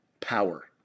Power